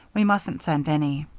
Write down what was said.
we mustn't send any.